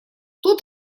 тут